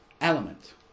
element